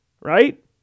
right